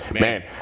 Man